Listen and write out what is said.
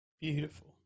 Beautiful